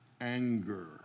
anger